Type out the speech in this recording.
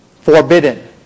forbidden